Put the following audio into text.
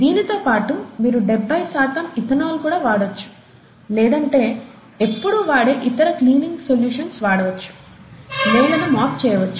దీనితో పాటు మీరు డెబ్భై శాతం ఇథనాల్ కూడా వాడవచ్చు లేదంటే ఎప్పుడూ వాడే ఇతర క్లీనింగ్ సోలుషన్స్ వాడవచ్చు నేలను మాప్ చేయవచ్చు